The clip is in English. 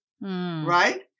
right